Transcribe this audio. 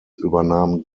übernahm